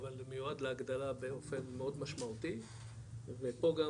אבל הוא מיועד להגדלה באופן מאוד משמעותי ופה גם